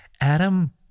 Adam